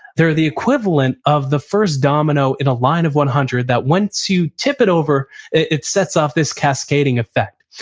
they're the equivalent of the first domino in a line of one hundred that once you tip it over it sets off this cascading effect.